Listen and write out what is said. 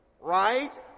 Right